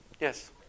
Yes